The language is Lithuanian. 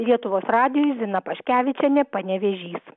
lietuvos radijui zina paškevičienė panevėžys